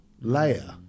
layer